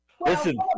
Listen